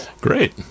Great